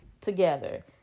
together